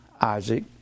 isaac